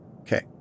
Okay